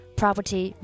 property